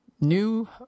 new